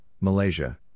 Malaysia